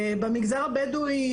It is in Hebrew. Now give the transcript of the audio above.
במגזר הבדואי,